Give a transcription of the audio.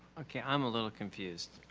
okay. i'm a little confused.